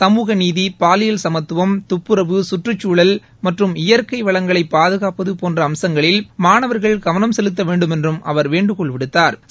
சமூக நீதி பாலியல் சமத்துவம் தப்புறவு சுற்றுச்சூழல் மற்றும் இயற்கை வளங்களை பாதுகாப்பது போன்ற அம்சுங்களில் மாணவாகள் கவனம் செலுத்த வேண்டுமெள்றும் அவா் வேண்டுகோள் விடுத்தாா்